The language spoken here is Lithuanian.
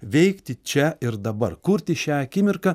veikti čia ir dabar kurti šią akimirką